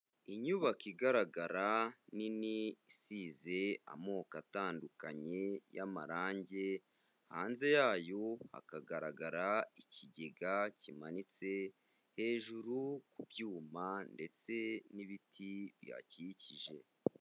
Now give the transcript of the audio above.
Inyubako igaragara nini isize amoko atandukanye y'amarange, hanze yayo hakagaragara ikigega kimanitse hejuru ku byuma ndetse n'ibiti bihakikije.